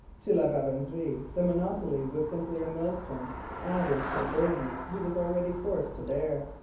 to la verendrye the monopoly was simply a millstone added to the burdens he was already forced to bear.